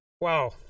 Wow